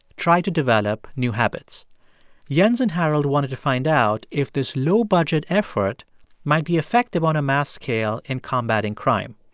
tried to develop new habits jens and harold wanted to find out if this low-budget effort might be effective on a mass scale in combating crime.